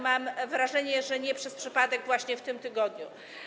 Mam wrażenie, że nie przez przypadek właśnie w tym tygodniu.